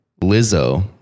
Lizzo